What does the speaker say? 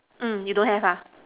mm you don't have ah